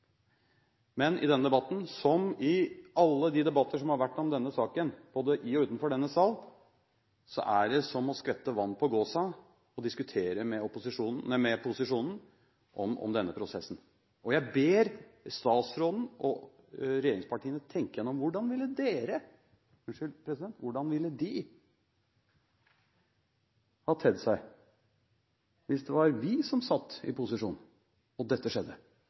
Men i denne debatten, som i alle de debatter som har vært om denne saken, både i og utenfor denne sal, er det som å skvette vann på gåsa å diskutere denne prosessen med posisjonen. Jeg ber statsråden og regjeringspartiene tenke gjennom hvordan de ville ha tedd seg hvis det var vi som satt i posisjon, og dette skjedde.